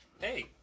Hey